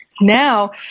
Now